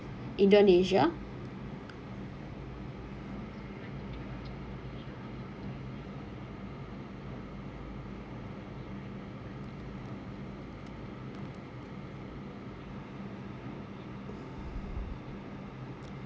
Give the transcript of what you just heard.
indonesia